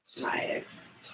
Nice